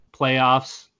playoffs